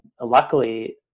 luckily